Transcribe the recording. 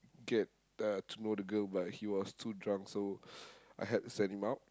get uh to know the girl but he was too drunk so I had to send him out